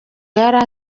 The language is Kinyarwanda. yari